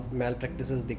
malpractices